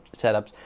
setups